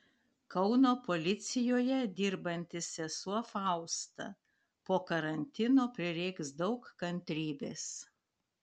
kauno policijoje dirbanti sesuo fausta po karantino prireiks daug kantrybės